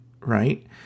right